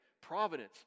providence